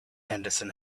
henderson